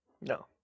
No